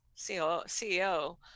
CEO